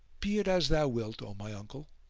be it as thou wilt, o my uncle!